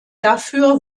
dafür